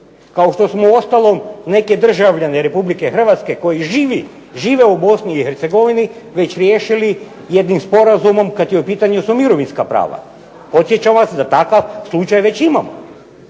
kao što smo uostalom neke državljane Republike Hrvatske koji žive u Bosni i Hercegovini već riješili jednim sporazumom kad su u pitanju mirovinska prava. Podsjećam vas da takav slučaju već imamo